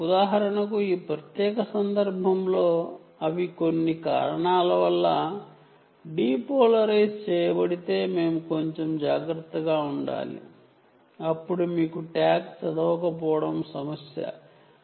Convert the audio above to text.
ఉదాహరణకు ఈ ప్రత్యేక సందర్భంలో అవి కొన్ని కారణాల వల్ల డిపోలరైజ్ చేయబడితే మేము కొంచెం జాగ్రత్తగా ఉండాలి అప్పుడు మీకు ట్యాగ్ చదవబడకపోవడం ఒక సమస్య అవుతుంది